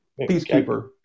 Peacekeeper